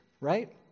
right